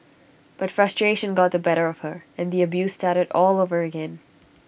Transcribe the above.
but frustration got the better of her and the abuse started all over again